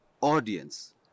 audience